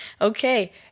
okay